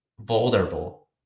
vulnerable